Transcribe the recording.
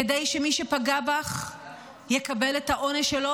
כדי שמי שפגע בך יקבל את העונש שלו